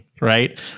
right